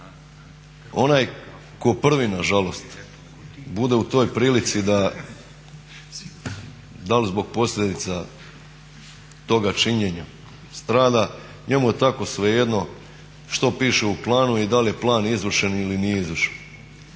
onaj tko prvi nažalost bude u toj prilici da, da li zbog posljedica toga činjenja strada, njemu je tako svejedno što piše u planu i da li je plan izvršen ili nije izvršen.